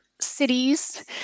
cities